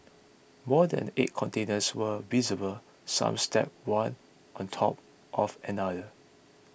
more than eight containers were visible some stacked one on top of another